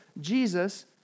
Jesus